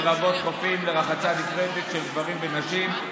לרבות חופים לרחצה נפרדת של גברים ונשים,